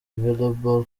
volleyball